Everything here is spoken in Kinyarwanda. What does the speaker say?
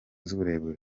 z’uburebure